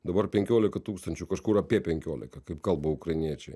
dabar penkiolika tūkstančių kažkur apie penkiolika kaip kalba ukrainiečiai